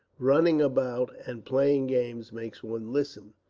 running about and playing games make one lissome.